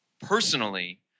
personally